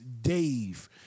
Dave